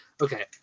Okay